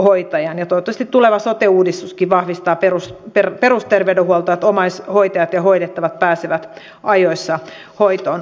ja toivottavasti tuleva sote uudistuskin vahvistaa perusterveydenhuoltoa että omaishoitajat ja hoidettavat pääsevät ajoissa hoitoon